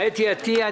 אתי עטיה.